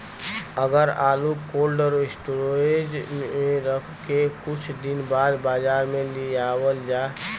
अगर आलू cold storage में रख के कुछ दिन बाद बाजार में लियावल जा?